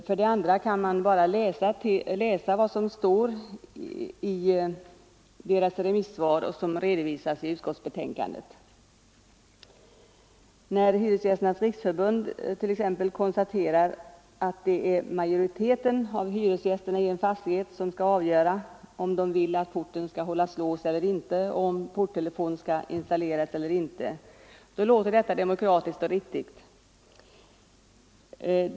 För det andra kan man bara läsa vad som står i deras remissvar, som redovisas i utskottsbetänkandet. När Hyresgästernas riksförbund t.ex. konstaterar att det är majoriteten av hyresgästerna i en fastighet som skall avgöra om porten skall hållas låst eller inte och om porttelefon skall installeras eller inte låter detta demokratiskt och riktigt.